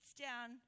down